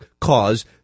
cause